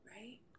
Right